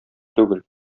түгел